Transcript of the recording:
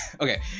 okay